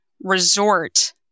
resort